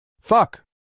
Fuck